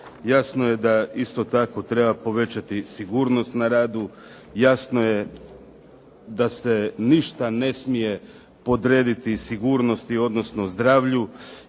Jasno je da isto tako treba povećati sigurnost na radu. Jasno je da se ništa ne smije podrediti sigurnosti, odnosno zdravlju.